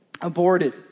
aborted